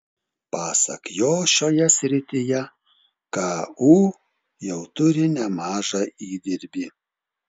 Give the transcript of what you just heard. pasak jo šioje srityje ku jau turi nemažą įdirbį